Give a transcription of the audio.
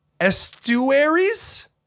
estuaries